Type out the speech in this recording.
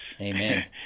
Amen